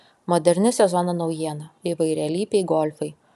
moderni sezono naujiena įvairialypiai golfai